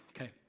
Okay